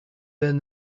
than